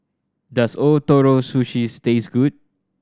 does Ootoro Sushi taste good